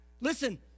Listen